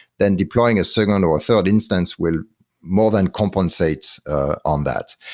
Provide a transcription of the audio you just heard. then deploying a second or a third instance will more than compensate on that.